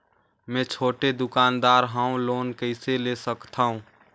मे छोटे दुकानदार हवं लोन कइसे ले सकथव?